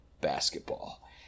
basketball